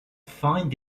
find